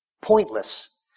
pointless